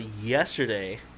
yesterday